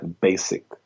basic